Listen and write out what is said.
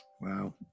Wow